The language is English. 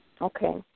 Okay